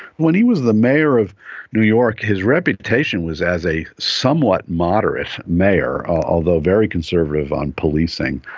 when he was the mayor of new york, his reputation was as a somewhat moderate mayor, although very conservative on policing.